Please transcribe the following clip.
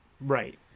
Right